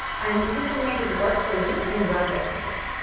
and you can make it work for you and your business.